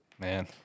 Man